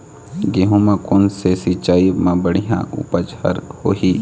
गेहूं म कोन से सिचाई म बड़िया उपज हर होही?